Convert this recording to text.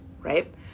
right